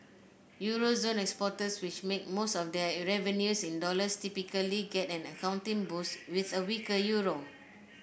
euro zone exporters which make most of their revenues in dollars typically get an accounting boost with a weaker euro